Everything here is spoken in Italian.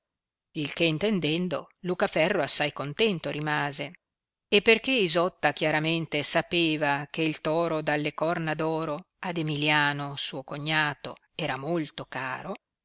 il che intendendo lucaferro assai contento rimase e perchè isotta chiaramente sapeva che il toro dalle corna d oro ad emilliano suo cognato era molto caro